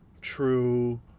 true